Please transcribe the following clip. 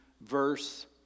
verse